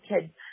kids